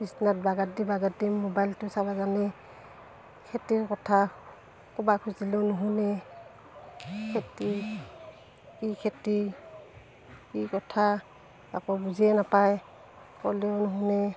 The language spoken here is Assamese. বিচনাত বাগাৰ দি বাগাৰ দি মোবাইলটো চাব জানে খেতিৰ কথা ক'বা খুজিলেও নুশুনে খেতি কি খেতি কি কথা একো বুজিয়ে নাপায় ক'লেও নুশুনে